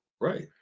right